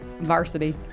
varsity